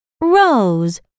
rose